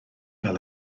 fel